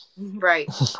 right